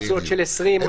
קפסולות של 20. בדיוק.